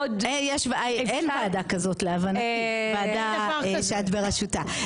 אין ועדה כזאת, ועדה משותפת